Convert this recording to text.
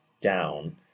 down